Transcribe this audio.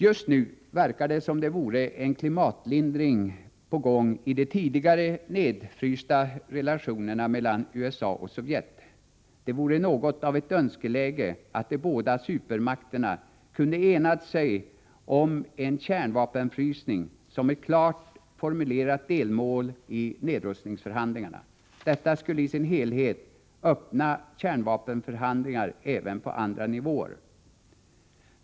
Just nu verkar det som om det vore en klimatlindring på gång i de tidigare nedfrysta relationerna mellan USA och Sovjet. Det vore något av ett önskeläge att de båda supermakterna kunde enas om en kärnvapenfrysning som ett klart formulerat delmål i nedrustningsförhandlingarna. Detta skulle i sin helhet öppna kärnvapenförhandlingar även på andra nivåer.